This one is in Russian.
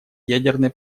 ядерной